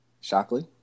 Shockley